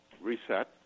reset